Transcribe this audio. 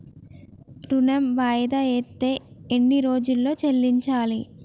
ఋణం వాయిదా అత్తే ఎన్ని రోజుల్లో చెల్లించాలి?